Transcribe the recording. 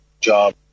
job